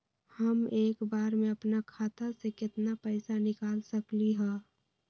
हम एक बार में अपना खाता से केतना पैसा निकाल सकली ह?